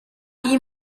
iyi